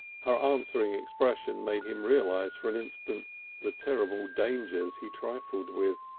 her answering expression made him realise for an instant the terrible dangers he trifled with.